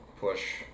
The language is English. push